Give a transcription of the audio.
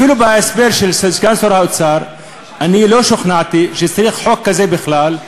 אפילו בהסבר של סגן שר האוצר אני לא שוכנעתי שצריך חוק כזה בכלל,